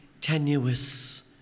tenuous